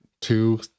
two